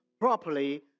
properly